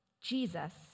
Jesus